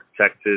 Texas